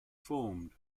formed